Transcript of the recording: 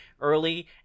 early